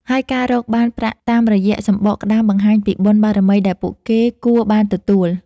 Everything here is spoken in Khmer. ហើយការរកបានប្រាក់តាមរយៈសំបកក្តាមបង្ហាញពីបុណ្យបារមីដែលពួកគេគួរបានទទួល។